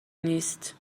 نیست